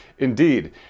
Indeed